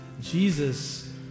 Jesus